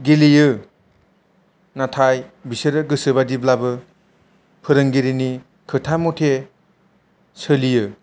गेलेयो नाथाय बिसोरो गोसोबादिब्लाबो फोरोंगिरिनि खोथा म'थे सोलियो